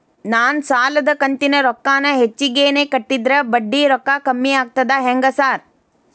ನಾನ್ ಸಾಲದ ಕಂತಿನ ರೊಕ್ಕಾನ ಹೆಚ್ಚಿಗೆನೇ ಕಟ್ಟಿದ್ರ ಬಡ್ಡಿ ರೊಕ್ಕಾ ಕಮ್ಮಿ ಆಗ್ತದಾ ಹೆಂಗ್ ಸಾರ್?